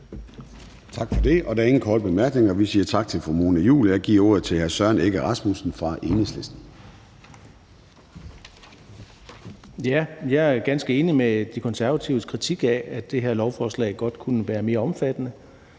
Tak for det. Der er ingen korte bemærkninger. Vi siger tak til fru Mona Juul, og jeg giver ordet til hr. Søren Egge Rasmussen fra Enhedslisten. Kl. 10:42 (Ordfører) Søren Egge Rasmussen (EL): Jeg er ganske enig i De Konservatives kritik af, at det her lovforslag godt kunne være mere omfattende